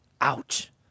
Ouch